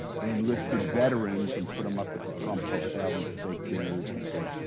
they enlisted veterans and put them up at the trump hotel, and steak dinners and said,